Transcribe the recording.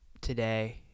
today